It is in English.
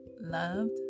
loved